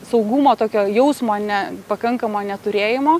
saugumo tokio jausmo ne pakankamo neturėjimo